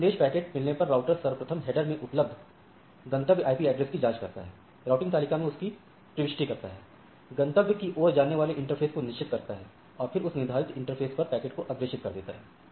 अतः संदेश पैकेट मिलने पर राउटर सर्वप्रथम हेडर में उपलब्ध गंतव्य IP एड्रेस की जांच करता है राऊटिंग तालिका में उसकी प्रविष्टि करता है गंतव्य की ओर जाने वाली इंटरफ़ेस को निश्चित करता है और फिर उस निर्धारित इंटरफ़ेस पर पैकेट को अग्रेषित कर देता है